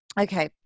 Okay